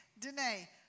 Danae